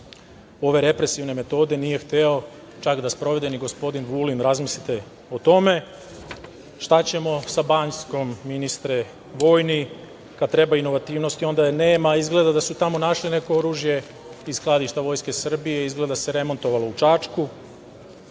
Ove represivne metode nije hteo čak da sprovodi ni gospodin Vulin, razmislite o tome. Šta ćemo sa Banjskom, ministre vojni? Kada treba inovativnosti, onda je nema, izgleda da su tamo našli neko oružje iz skladišta Vojske Srbije, izgleda da se remontovalo u Čačku.